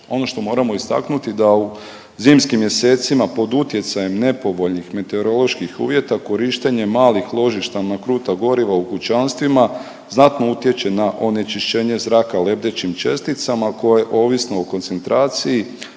Ono što moramo istaknuti da u zimskim mjesecima, pod utjecajem nepovoljnih meteoroloških uvjeta korištenjem malih ložišta na kruta goriva u kućanstvima znatno utječe na onečišćenje zraka lebdećim česticama koje ovisno o koncentraciji,